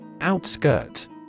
Outskirts